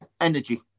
energy